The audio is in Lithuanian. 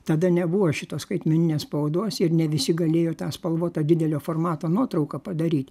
tada nebuvo šitos skaitmeninės spaudos ir ne visi galėjo tą spalvotą didelio formato nuotrauką padaryt